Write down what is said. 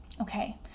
Okay